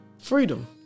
freedom